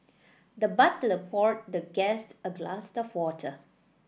the butler poured the guest a glass of water